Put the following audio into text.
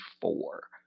four